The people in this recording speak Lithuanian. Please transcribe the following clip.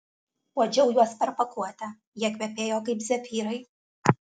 uodžiau juos per pakuotę jie kvepėjo kaip zefyrai